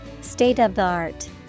State-of-the-art